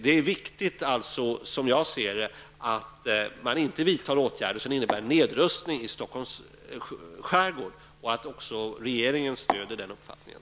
Det är viktigt, som jag ser det, att man inte vidtar åtgärder som innebär nedrustning i Stockholms skärgård och att även regeringen stöder den uppfattningen.